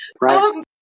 Right